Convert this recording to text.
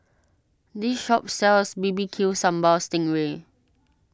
this shop sells B B Q Sambal Sting Ray